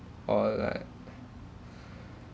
or like